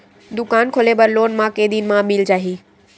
दुकान खोले बर लोन मा के दिन मा मिल जाही?